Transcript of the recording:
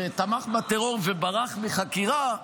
שתמך בטרור וברח מחקירה,